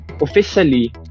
officially